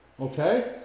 okay